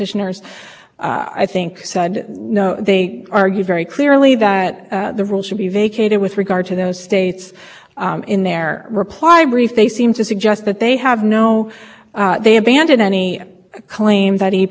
with what the statute requires it's inconsistent with what this court required in north carolina and it simply wouldn't make any sense to run a regulatory program assuming that you could lift emissions reductions based on something that may or may not